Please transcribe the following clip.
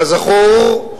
כזכור,